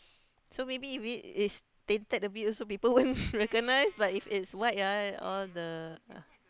so maybe if we it's tainted also people won't recognize but if it's white ah all the uh